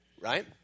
Right